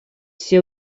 все